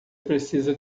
precisa